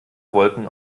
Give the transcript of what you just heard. wolken